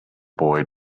boy